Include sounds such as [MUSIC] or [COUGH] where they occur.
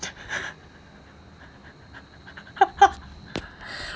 [LAUGHS]